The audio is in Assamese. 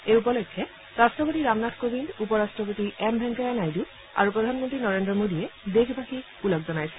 এই উপলক্ষে ৰাট্টপতি ৰামনাথ কোবিন্দ উপ ৰাট্টপতি এম ভেংকায়া নাইডু আৰু প্ৰধানমন্ত্ৰী নৰেন্দ্ৰ মোডীয়ে দেশবাসীক ওলগ জনাইছে